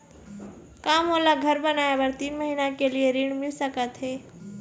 का मोला घर बनाए बर तीन महीना के लिए ऋण मिल सकत हे?